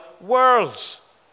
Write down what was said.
worlds